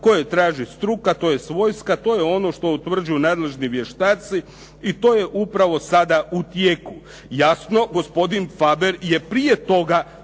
koje traži struka, tj. vojska. To je ono što utvrđuju nadležni vještaci i to je upravo sada u tijeku. Jasno, gospodin Faber je prije toga